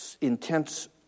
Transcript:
intense